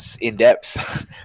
in-depth